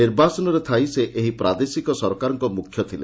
ନିର୍ବାସନରେ ଥାଇ ସେ ଏହି ପ୍ରାଦେଶିକ ସରକାରଙ ମୁଖ୍ୟ ଥିଲେ